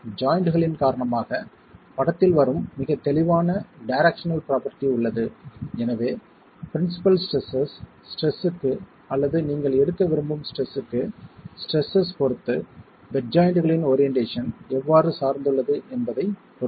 ஜாய்ண்ட்களின் காரணமாக படத்தில் வரும் மிகத் தெளிவான டைரக்சனல் ப்ரோபர்டி உள்ளது எனவே பிரின்சிபல் ஸ்ட்ரெஸ்ஸஸ் ஸ்ட்ரெஸ்க்கு அல்லது நீங்கள் எடுக்க விரும்பும் ஸ்ட்ரெஸ்க்கு ஸ்ட்ரெஸ்ஸஸ் பொறுத்து பெட் ஜாய்ண்ட்களின் ஓரியென்ட்டேஷன் எவ்வாறு சார்ந்துள்ளது என்பதைப் பொறுத்து